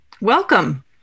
Welcome